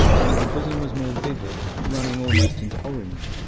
only the bosom was more vivid, running almost into orange,